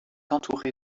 entouré